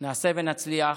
נעשה ונצליח.